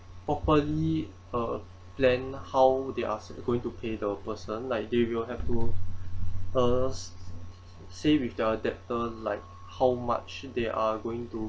properly uh plan how they are going to pay the person like they will have to uh say with their debtor like how much they are going to